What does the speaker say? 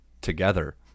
Together